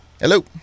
Hello